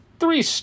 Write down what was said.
Three